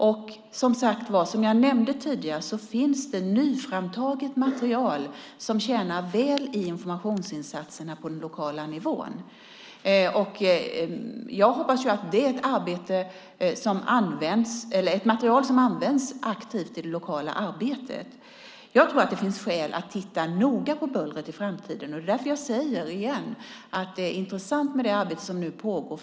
Och som jag nämnde tidigare finns det nyframtaget material som fungerar väl i informationsinsatserna på den lokala nivån. Jag hoppas att det är ett material som används aktivt i det lokala arbetet. Jag tror att det finns skäl att titta noga på bullret i framtiden. Det är därför jag säger - igen - att det arbete som nu pågår är intressant.